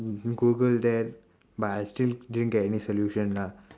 goo~ Google that but I still didn't get any solution lah